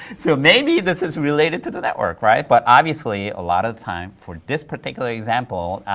so maybe this is related to the network, right? but obviously, a lot of the time, for this particular example,